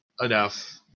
enough